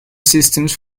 systems